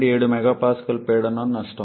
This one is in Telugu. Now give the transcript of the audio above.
7 MPa పీడనం నష్టం